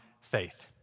faith